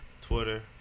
Twitter